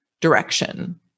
direction